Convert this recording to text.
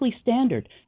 standard